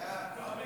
ההצעה להעביר